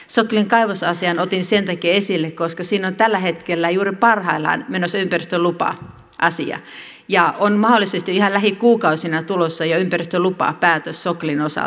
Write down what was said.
soklin kaivosasian otin sen takia esille koska siinä on tällä hetkellä juuri parhaillaan menossa ympäristölupa asia ja on mahdollisesti jo ihan lähikuukausina tulossa ympäristölupapäätös soklin osalta